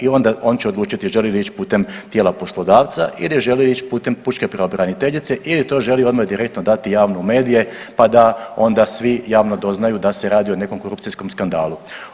I onda on će odlučiti želi ići putem tijela poslodavca ili želi ići putem pučke pravobraniteljice ili to želi odmah direktno dati u javne medije pa da onda svi javno doznaju da se radi o nekom korupcijskom skandalu.